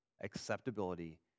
acceptability